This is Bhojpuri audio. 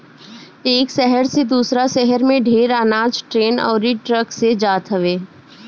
एक शहर से दूसरा शहर में ढेर अनाज ट्रेन अउरी ट्रक से जात हवे